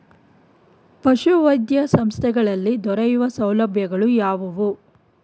ಪಶುವೈದ್ಯ ಸಂಸ್ಥೆಗಳಲ್ಲಿ ದೊರೆಯುವ ಸೌಲಭ್ಯಗಳು ಯಾವುವು?